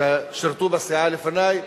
ששירתו בסיעה לפני,